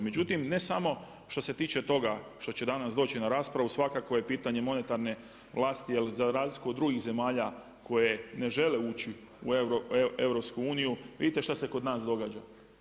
Međutim, ne samo što se tiče toga što će danas doći na raspravu, svakako je pitanje monetarne vlasti jer za razliku od drugih zemalja koje ne žele ući u EU, vidite šta se kod nas događa.